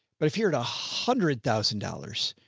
but if you're at a hundred thousand dollars,